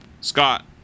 Scott